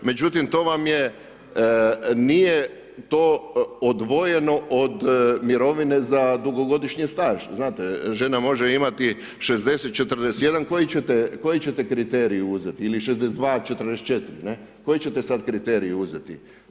Međutim, nije to odvojeno od mirovine za dugogodišnji staž, znate, žena može imati 60, 41, koji ćete kriterij uzeti ili 62, 44, ne, koji ćete sada kriterij uzeti?